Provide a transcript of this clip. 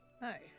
Hi